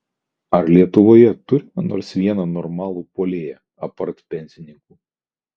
ar lietuvoje turime nors vieną normalų puolėją apart pensininkų